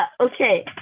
Okay